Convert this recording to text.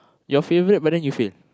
your favourite but then you fail